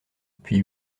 puis